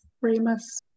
Remus